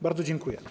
Bardzo dziękuję.